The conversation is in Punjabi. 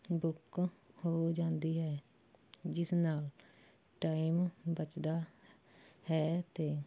ਬੁੱਕ ਹੋ ਜਾਂਦੀ ਹੈ ਜਿਸ ਨਾਲ ਟਾਇਮ ਬਚਦਾ ਹੈ ਅਤੇ